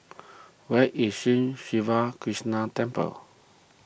where is Sri Siva Krishna Temple